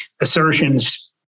assertions